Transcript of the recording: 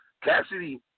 Cassidy